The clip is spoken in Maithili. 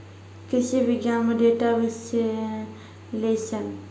कृषि विज्ञान में डेटा विश्लेषण